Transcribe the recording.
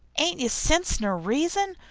ain't you sense ner reason?